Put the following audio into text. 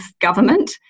government